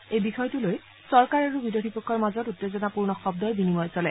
এই বিষয়টো লৈ চৰকাৰ আৰু বিৰোধী পক্ষৰ মাজত উত্তেজনাপূৰ্ণ শব্দৰ বিনিময় চলে